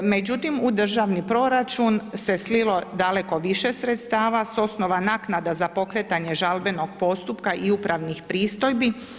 Međutim u državni proračun se slilo daleko više sredstava s osnova naknade za pokretanje žalbenog postupka i upravnih pristojbi.